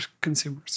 consumers